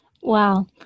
Wow